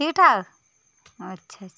ठीक ठाक अच्छा अच्छा